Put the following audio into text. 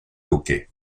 hockey